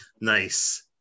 Nice